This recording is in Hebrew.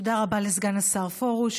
תודה רבה לסגן השר פרוש.